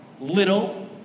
little